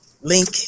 Link